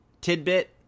tidbit